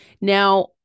now